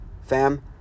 fam